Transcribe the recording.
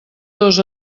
dos